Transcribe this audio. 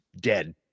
dead